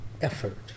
effort